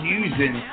using